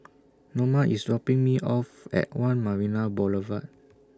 Noma IS dropping Me off At one Marina Boulevard